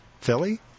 Philly